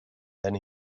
then